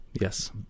Yes